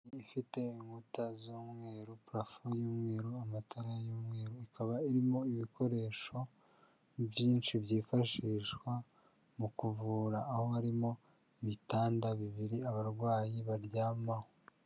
Ifite inkuta z'umweru, parafo y'umweru, amatara y'umweru, ikaba irimo ibikoresho byinshi byifashishwa mu kuvura aho harimo ibitanda bibiri abarwayi baryamaho.